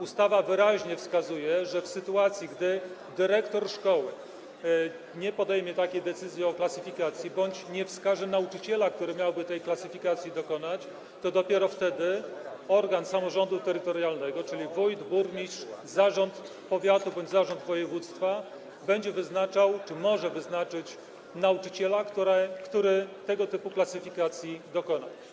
Ustawa wyraźnie wskazuje, że dopiero gdy dyrektor szkoły nie podejmie decyzji o klasyfikacji bądź nie wskaże nauczyciela, który miałby tej klasyfikacji dokonać, wtedy organ samorządu terytorialnego, czyli wójt, burmistrz, zarząd powiatu bądź zarząd województwa, będzie wyznaczać czy może wyznaczyć nauczyciela, który tego typu klasyfikacji dokona.